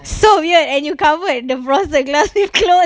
so weird and you covered the frosted glass with clothes